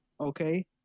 Okay